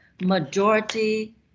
majority